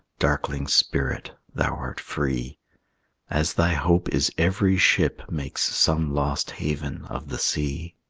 darkling spirit, thou art free as thy hope is every ship makes some lost haven of the sea.